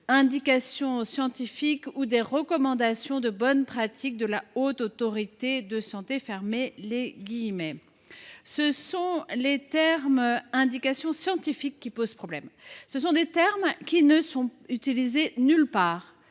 indications scientifiques ou des recommandations de bonne pratique de la Haute Autorité de santé ». Ce sont les termes « indications scientifiques » qui posent problème, parce qu’ils ne sont utilisés nulle part